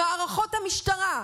למערכות המשטרה,